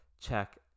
check